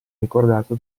ricordato